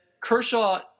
Kershaw